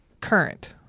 current